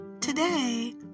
Today